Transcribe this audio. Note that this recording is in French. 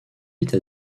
vite